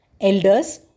Elders